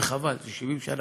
וחבל, זה 70 שנה.